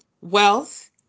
wealth